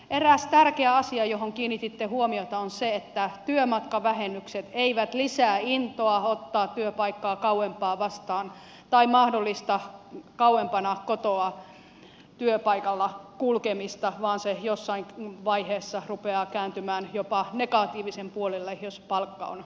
eräs tärkeä asia johon kiinnititte huomiota on se että työmatkavähennykset eivät lisää intoa ottaa työpaikkaa vastaan kauempaa tai mahdollista kauempana kotoa työpaikalla kulkemista vaan se jossain vaiheessa rupeaa kääntymään jopa negatiivisen puolelle jos palkka on pieni